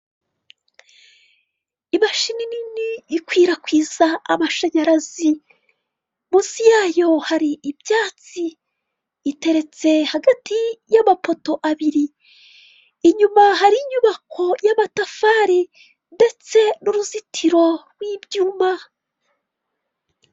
Imashini nini ikwirakwiza amashanyarazi. Munsi yayo hari ibyatsi. Iteretse hagati y'amapoto abiri. Inyuma hari inyubako y'amatafari ndetse n'uruzitiro rw'ibyuma.